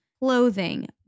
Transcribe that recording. clothing